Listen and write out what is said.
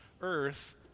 earth